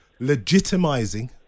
legitimizing